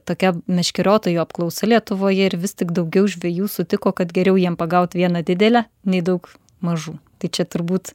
tokia meškeriotojų apklausa lietuvoje ir vis tik daugiau žvejų sutiko kad geriau jiem pagaut vieną didelę nei daug mažų tai čia turbūt